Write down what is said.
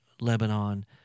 Lebanon